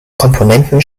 komponenten